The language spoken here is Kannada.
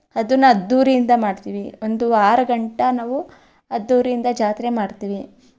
ಅದನ್ನು ಅದ್ದೂರಿಯಿಂದ ಮಾಡ್ತೀವಿ ಒಂದು ವಾರಗಂಟ ನಾವು ಅದ್ದೂರಿಯಿಂದ ಜಾತ್ರೆ ಮಾಡ್ತೀವಿ